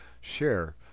share